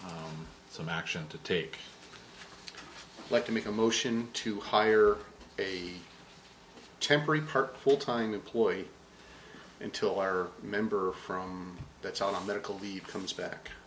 f some action to take like to make a motion to hire a temporary perk full time employee until our member from that's all a medical leave comes back